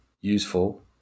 useful